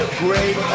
great